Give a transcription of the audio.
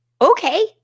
okay